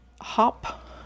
hop